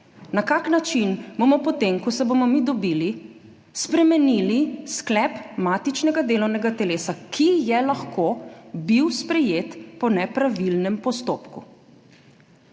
Na kakšen način bomo potem, ko se bomo mi dobili, spremenili sklep matičnega delovnega telesa, ki je lahko bil sprejet po nepravilnem postopku.